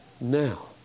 Now